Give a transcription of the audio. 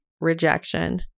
rejection